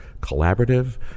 collaborative